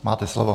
Máte slovo.